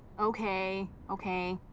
okay, okay,